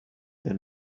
their